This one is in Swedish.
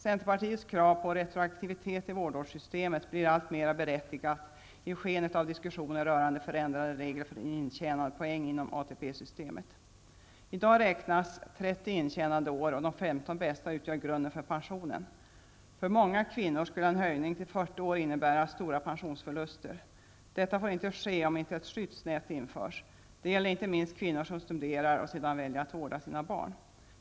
Centerpartiets krav på retroaktivitet i vårdårssystemet blir alltmera berättigat i skenet av diskussionen rörande förändrade regler för intjänandepoäng inom ATP systemet. I dag räknas 30 intjänande år och de 15 bästa utgör grunden för pensionen. För många kvinnor skulle en höjning till 40 år innebära stora pensionsförluster. Detta får inte ske om inte ett skyddsnät införs. Det gäller inte minst kvinnor som studerar och sedan väljer att vårda sina barn.